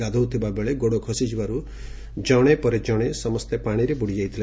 ଗାଧୋଉଥିବା ବେଳେ ଗୋଡ଼ ଖସିଯିବାର୍ ଜଣେ ପଣେ ଜଣେ ସମସେ ପାଶିରେ ବୁଡ଼ିଯାଇଥିଲେ